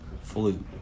Flute